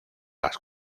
las